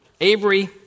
Avery